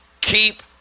keep